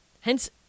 Hence